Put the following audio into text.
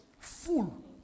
Full